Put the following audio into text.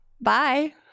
Bye